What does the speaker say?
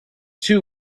two